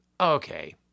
okay